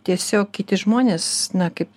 tiesiog kiti žmonės na kaip